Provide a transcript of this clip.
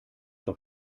doch